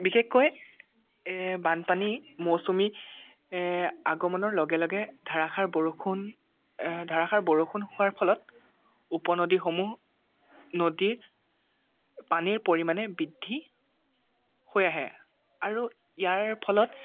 বিশেষকৈ বানপানী মৌচুমী আগমনৰ লগে লগে ধাৰাসাৰ বৰষুণ ধাৰাসাৰ বৰষুণ হোৱাৰ ফলত উপনদীসমূহ নদীৰ পানীৰ পৰিমাণে বৃদ্ধি হৈ আহে আৰু ইয়াৰ ফলত